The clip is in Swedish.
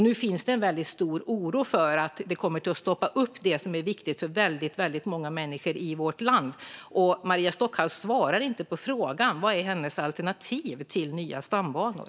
Nu finns det en stor oro för att det kommer att ta stopp för något som är viktigt för väldigt många människor i vårt land. Maria Stockhaus svarade inte på frågan. Vad är hennes alternativ till nya stambanor?